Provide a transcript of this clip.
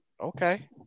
Okay